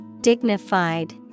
Dignified